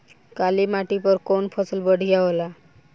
काली माटी पर कउन फसल बढ़िया होला?